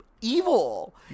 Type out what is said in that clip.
evil